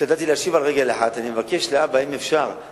והדברים האלה היו יכולים לבוא לידי בירור לפני כן.